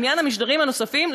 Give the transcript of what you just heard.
לעניין המשדרים הנוספים,